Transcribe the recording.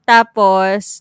Tapos